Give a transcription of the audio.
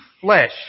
flesh